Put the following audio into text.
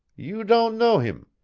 you don' know heem.